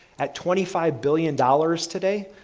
at twenty five billion dollars today,